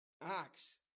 acts